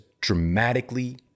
dramatically